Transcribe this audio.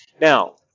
Now